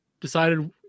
decided